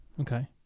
Okay